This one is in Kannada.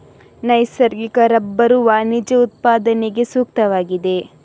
ನೈಸರ್ಗಿಕ ರಬ್ಬರು ವಾಣಿಜ್ಯ ಉತ್ಪಾದನೆಗೆ ಸೂಕ್ತವಾಗಿದೆ